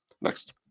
Next